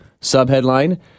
Sub-headline